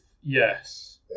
Yes